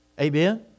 Amen